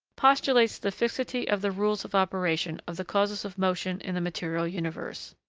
postulates the fixity of the rules of operation of the causes of motion in the material universe.